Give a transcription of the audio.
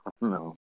no